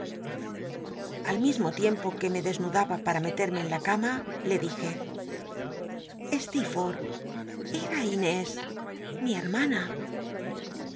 al mismo tiempo que me desnudaba para mctrrmc en la cama le dije steerforth era inés mi hcnnana